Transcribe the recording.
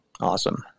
Awesome